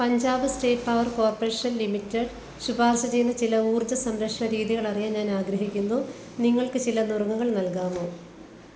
Punjab state power corporation limited ശുപാർശ ചെയ്യുന്ന ചില ഊർജ്ജ സംരക്ഷണ രീതികളറിയാൻ ഞാൻ ആഗ്രഹിക്കുന്നു നിങ്ങൾക്ക് ചില നുറുങ്ങുകൾ നൽകാമോ